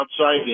outside